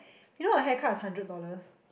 you know a haircut is hundred dollars